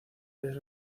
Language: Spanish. tres